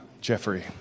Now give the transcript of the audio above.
Jeffrey